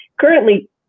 currently